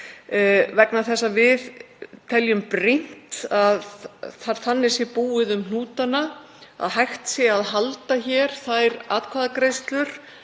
vegna þess að við teljum brýnt að þannig sé búið um hnútana að hægt sé að halda hér þær atkvæðagreiðslur